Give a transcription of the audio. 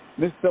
Mr